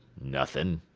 nothing.